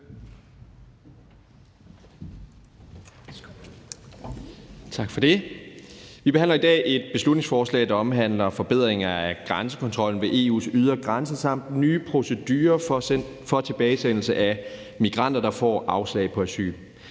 Tak for det. Vi behandler i dag et beslutningsforslag, der omhandler forbedringer af grænsekontrollen ved EU's ydre grænser samt den nye procedure for tilbagesendelse af migranter, der får afslag på asyl.